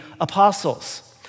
apostles